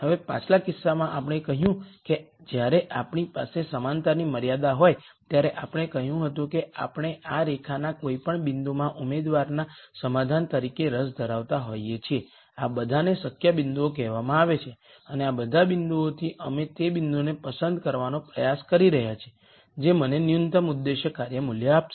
હવે પાછલા કિસ્સામાં આપણે કહ્યું કે જ્યારે આપણી પાસે સમાનતાની મર્યાદા હોય ત્યારે આપણે કહ્યું હતું કે આપણે આ રેખાના કોઈપણ બિંદુમાં ઉમેદવારના સમાધાન તરીકે રસ ધરાવતા હોઈએ છીએ આ બધાને શક્ય બિંદુઓ કહેવામાં આવે છે અને આ બધા બિંદુઓથી અમે તે બિંદુને પસંદ કરવાનો પ્રયાસ કરી રહ્યા હતા જે મને ન્યુનત્તમ ઉદ્દેશ્ય કાર્ય મૂલ્ય આપશે